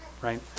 right